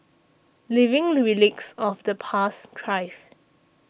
living relics of the past thrive